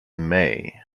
may